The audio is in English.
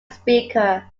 speaker